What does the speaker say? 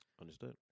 Understood